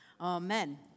Amen